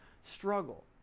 struggle